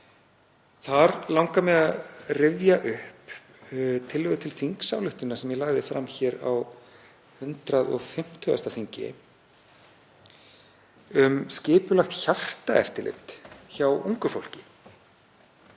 Þar langar mig að rifja upp tillögu til þingsályktunar sem ég lagði fram á 150. þingi um skipulagt hjartaeftirlit hjá ungu fólki.